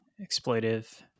Exploitive